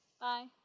Bye